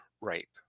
rape